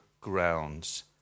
grounds